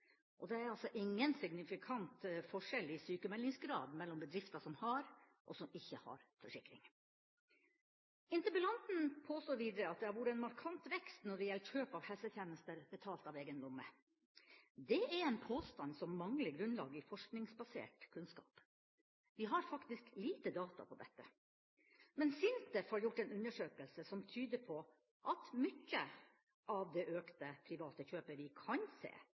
og det er altså ingen signifikant forskjell i sykmeldingsgrad mellom bedrifter som har, og som ikke har, forsikringer. Interpellanten påstår videre at det har vært en markant vekst når det gjelder kjøp av helsetjenester betalt av egen lomme. Det er en påstand som mangler grunnlag i forskningsbasert kunnskap. Vi har faktisk lite data på dette. Men SINTEF har gjort en undersøkelse som tyder på at mye av det økte private kjøpet vi kan se,